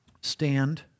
Stand